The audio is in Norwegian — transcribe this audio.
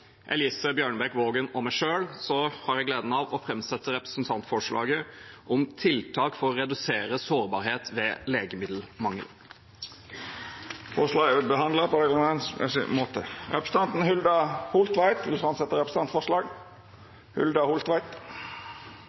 Elise Bjørnebekk-Waagen og meg selv har jeg gleden av å framsette et representantforslag om tiltak for å redusere sårbarhet ved legemiddelmangel. Representanten Hulda Holtvedt vil setja fram eit representantforslag. På vegne av Miljøpartiet De Grønne og meg selv vil jeg framsette